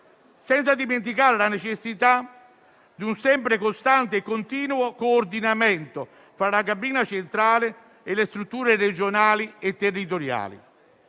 senza dimenticare la necessità di un sempre costante e continuo coordinamento fra la cabina di regia centrale e le strutture regionali e territoriali.